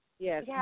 Yes